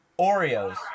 Oreos